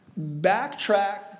backtrack